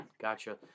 Gotcha